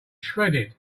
shredded